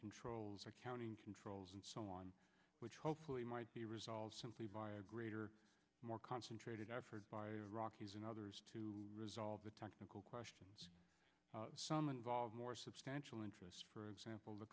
controls accounting controls and so on which hopefully might be resolved simply by a greater more concentrated effort by iraqis and others to resolve the technical questions some involve more substantial interests for example the